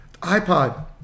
iPod